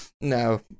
no